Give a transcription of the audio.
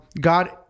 god